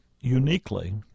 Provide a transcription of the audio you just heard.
uniquely